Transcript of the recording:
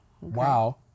Wow